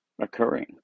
occurring